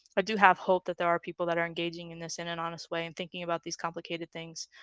i do have hope that there are people that are engaging in this in an honest way and thinking about these complicated things